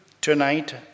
tonight